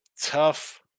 tough